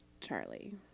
Charlie